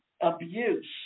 abuse